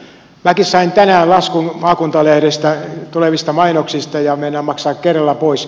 minäkin sain tänään laskun maakuntalehdestä tulevista mainoksista ja meinaan maksaa kerralla pois